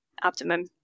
abdomen